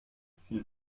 s’il